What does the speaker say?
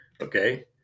Okay